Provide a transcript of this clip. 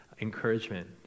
encouragement